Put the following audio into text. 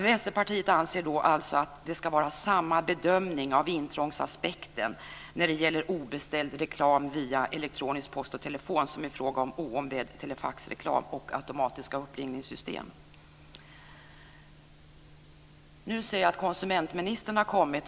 Vänsterpartiet anser alltså att det ska göras samma bedömning av intrångsaspekten när det gäller obeställd reklam via elektronisk post och telefon som i fråga om oombedd telefaxreklam och automatiska uppringningssystem. Nu ser jag att konsumentministern har kommit.